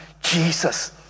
Jesus